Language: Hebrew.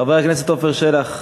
חבר הכנסת עפר שלח.